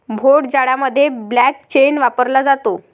भोट जाडामध्ये blank cheque वापरला जातो